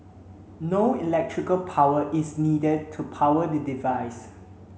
no electrical power is needed to power the device